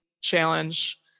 challenge